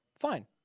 fine